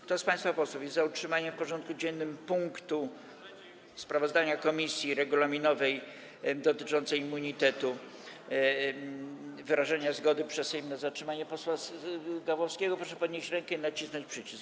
Kto z państwa posłów jest za utrzymaniem w porządku dziennym punktu: sprawozdanie komisji regulaminowej dotyczące immunitetu, wyrażenia zgody przez Sejm na zatrzymanie posła Gawłowskiego, proszę podnieść rękę i nacisnąć przycisk.